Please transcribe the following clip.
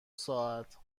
ساعت